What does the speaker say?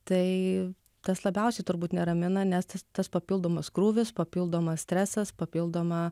tai tas labiausiai turbūt neramina nes tas tas papildomas krūvis papildomas stresas papildoma